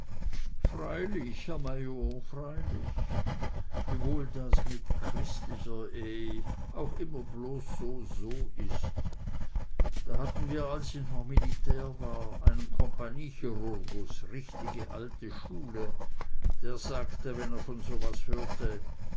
freilich herr major freilich wiewohl das mit christlicher ehe auch immer bloß soso ist da hatten wir als ich noch militär war einen compagniechirurgus richtige alte schule der sagte wenn er von so was hörte